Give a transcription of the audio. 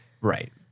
Right